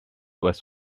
was